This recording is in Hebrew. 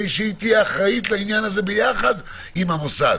שתהיה אחראית לעניין הזה יחד עם המוסד.